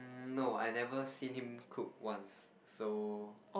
no I never seen him cook once so